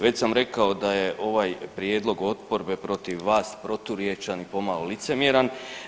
Već sam rekao da je ovaj prijedlog oporbe protiv vas proturječan i pomalo licemjeran.